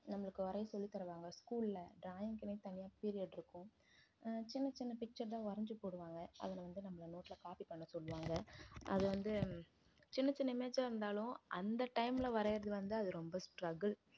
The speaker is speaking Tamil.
நம்மளுக்கு வரைய சொல்லித் தருவாங்க ஸ்கூலில் டிராயிங்குனே தனியாக பீரியட் இருக்கும் சின்ன சின்ன பிக்சர் தான் வரைஞ்சி போடுவாங்க அதில் வந்து நம்மளை நோட்டில் காப்பி பண்ண சொல்லுவாங்க அதை வந்து சின்ன சின்ன இமேஜாக இருந்தாலும் அந்த டைம்ல வரையிறது வந்து அது ரொம்ப ஸ்டரகில்